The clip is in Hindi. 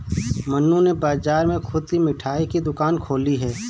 मन्नू ने बाजार में खुद की मिठाई की दुकान खोली है